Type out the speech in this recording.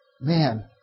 man